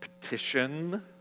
petition